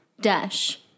dash